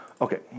Okay